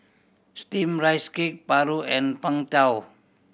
Steamed Rice Cake paru and Png Tao